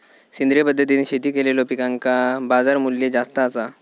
सेंद्रिय पद्धतीने शेती केलेलो पिकांका बाजारमूल्य जास्त आसा